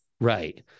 Right